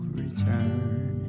return